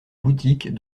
boutiques